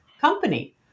company